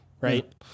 Right